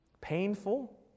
painful